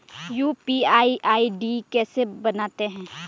UPI ID कैसे बनाते हैं?